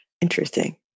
interesting